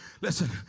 listen